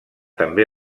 també